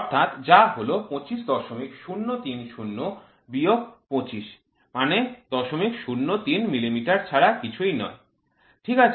অর্থাৎ যা হল ২৫০৩০ বিয়োগ ২৫ মানে ০০৩ মিলিমিটার ছাড়া কিছুই নয় ঠিক আছে